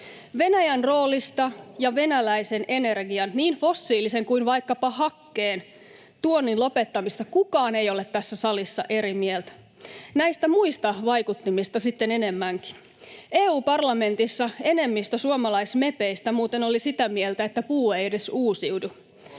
Venäjän roolista ja venäläisen energian — niin fossiilisen kuin vaikkapa hakkeen — tuonnin lopettamisesta kukaan ei ole eri mieltä. Näistä muista vaikuttimista sitten enemmänkin. EU-parlamentissa enemmistö suomalaismepeistä muuten oli sitä mieltä, että puu ei edes uusiudu.